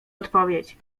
odpowiedź